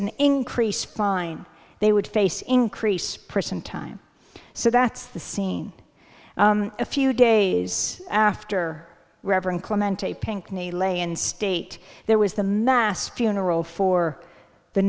an increase fine they would face increase prison time so that's the scene a few days after reverend clemente pinkney lay in state there was the mass funeral for the